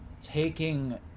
taking